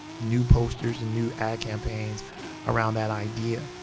new posters and new ad campaigns around that idea.